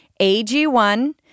AG1